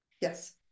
yes